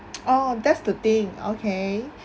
oh that's the thing okay